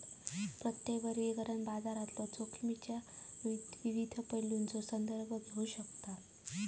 प्रत्येक वर्गीकरण बाजारातलो जोखमीच्यो विविध पैलूंचो संदर्भ घेऊ शकता